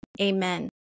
Amen